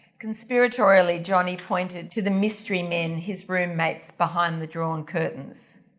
conspiratorially, jhonnie pointed to the mystery men, his room mates behind the drawn curtains.